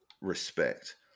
respect